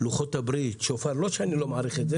לוחות הברית, שופר ולא שאני לא מעריך את זה